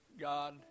God